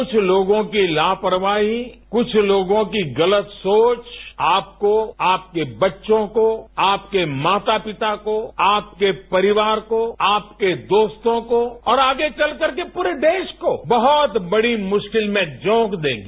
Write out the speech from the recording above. क्छ लोगों की लापरवाहीए क्छ लोगों की गलत सोच आपकोए आपके बच्चों कोए आपके मातापिता कोए आपके परिवार कोए आपके दोस्तों को और आगे चलकर पूरे देश को बहुत बड़ी मुश्किल में झोंक देगी